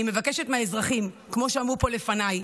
אני מבקשת מהאזרחים, כמו שאמרו פה לפניי,